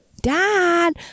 Dad